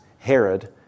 Herod